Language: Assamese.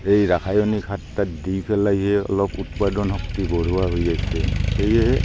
এই ৰাসায়নিক সাৰ তাৰ দি পেলাইহে অলপ উৎপাদন শক্তি বঢ়োৱা হৈ আছে সেয়েহে